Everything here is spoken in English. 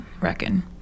reckon